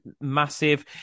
massive